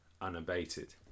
unabated